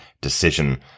decision